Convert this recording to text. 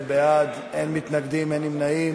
14 בעד, אין מתנגדים, אין נמנעים.